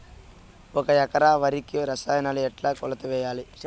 ఒక ఎకరా వరికి రసాయనాలు ఎట్లా కొలత వేయాలి?